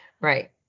Right